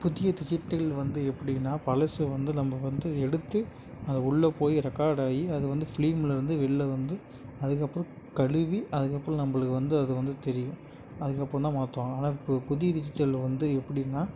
புதிய டிஜிட்டல் வந்து எப்படின்னா பழசு வந்து நம்ம வந்து எடுத்து அதை உள்ளேபோயி ரெக்கார்ட் ஆகி அது வந்து ஃபிலீம்மில் இருந்து வெளில வந்து அதுக்கப்புறம் கழுவி அதுக்கப்புறம் நம்பளுக்கு வந்து அதுவந்து தெரியும் அதுக்கப்புறம்தான் மாற்றுவாங்க ஆனால் இப்போ புதிய டிஜிட்டலில் வந்து எப்படின்னா